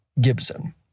Gibson